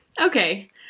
Okay